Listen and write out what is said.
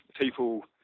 people